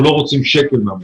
אנחנו לא רוצים שקל מהמדינה.